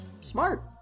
smart